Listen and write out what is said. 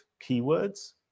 keywords